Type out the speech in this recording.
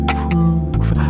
prove